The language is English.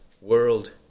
world